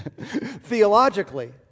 theologically